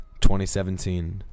2017